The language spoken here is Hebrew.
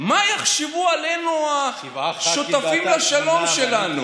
מה יחשבו עלינו השותפים לשלום שלנו?